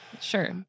Sure